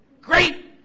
Great